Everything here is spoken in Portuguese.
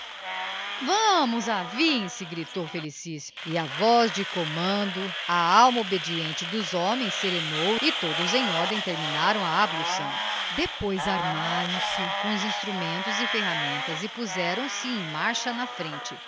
vamos aviem se gritou felicíssimo e á voz de commando a alma obediente dos homens serenou e todos em ordem terminaram a ablução depois armaram-se com os instrumentos e ferramentas e puzeram se em marcha na frente